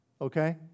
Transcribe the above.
Okay